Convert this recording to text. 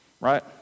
Right